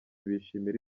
bishimira